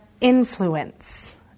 influence